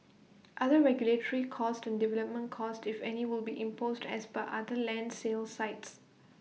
other regulatory costs and development costs if any will be imposed as per other land sales sites